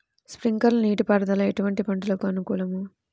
Sprinkler నీటిపారుదల ఎటువంటి పంటలకు అనుకూలము?